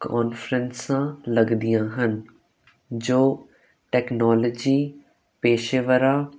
ਕਾਨਫਰੰਸਾਂ ਲੱਗਦੀਆਂ ਹਨ ਜੋ ਟੈਕਨੋਲੋਜੀ ਪੇਸ਼ੇਵਰਾਂ